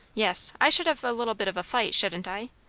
yes. i should have a little bit of a fight, shouldn't i?